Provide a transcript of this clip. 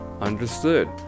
understood